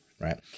right